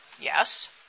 Yes